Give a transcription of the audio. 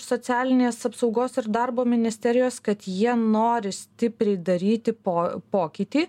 socialinės apsaugos ir darbo ministerijos kad jie nori stipriai daryti po pokytį